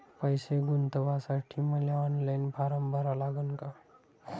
पैसे गुंतवासाठी मले ऑनलाईन फारम भरा लागन का?